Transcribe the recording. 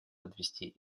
подвести